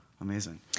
amazing